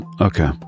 Okay